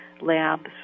labs